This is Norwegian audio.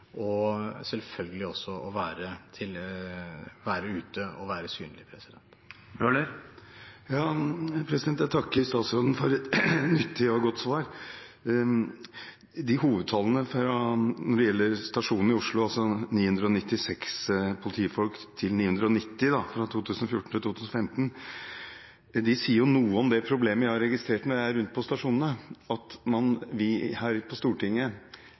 og selvfølgelig også til å være ute og være synlig. Jeg takker statsråden for et nyttig og godt svar. Hovedtallene for stasjonen i Oslo har gått fra 996 politifolk i 2014 til 990 i 2015. Det sier noe om problemet jeg har registrert når jeg er rundt på stasjonene, at når vi, som statsråden nevnte, her på Stortinget